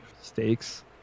stakes